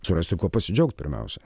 surasti kuo pasidžiaugt pirmiausia